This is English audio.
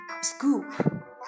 Scoop